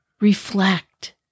reflect